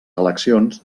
eleccions